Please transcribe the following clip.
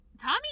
Tommy